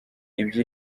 ibyo